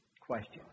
Question